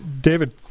David